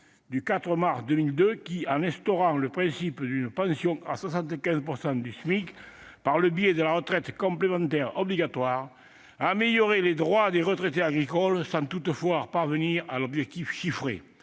du 4 mars 2002, qui, en instaurant le principe d'une pension à 75 % du SMIC par le biais de la retraite complémentaire obligatoire, a amélioré les droits des retraités agricoles sans toutefois parvenir à l'objectif chiffré.